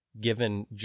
given